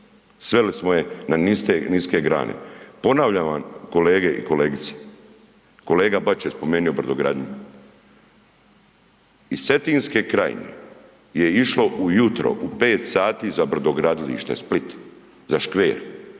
Sveli smo je na niske grane. Ponavljam vam kolege i kolegice, kolega Bačić je spomenuo brodogradnju. Iz Cetinske krajine je išlo ujutro u 5 sati za brodogradilište Split, za Škver,